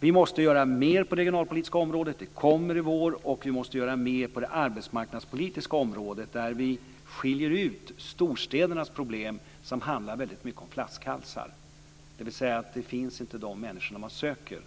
Vi måste göra mer på det regionalpolitiska området. Det kommer förslag i vår. Vi måste också göra mer på det arbetsmarknadspolitiska området. Vi måste där skilja ut storstädernas problem, som väldigt mycket handlar om flaskhalsar. Det finns inte de människor man söker.